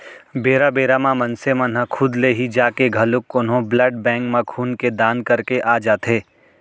बेरा बेरा म मनसे मन ह खुद ले ही जाके घलोक कोनो ब्लड बेंक म खून के दान करके आ जाथे